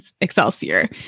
excelsior